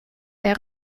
der